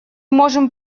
можем